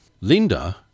Linda